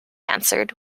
answered